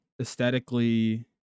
aesthetically